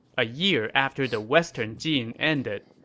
a year after the western jin ended.